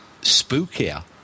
spookier